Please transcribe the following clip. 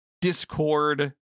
discord